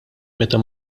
meta